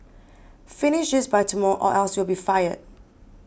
finish this by tomorrow or else you'll be fired